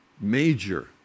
major